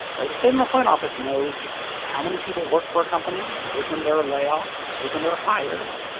right? the state unemployment office knows how many people work for a company and knows when there are layoffs, and knows when there are hires.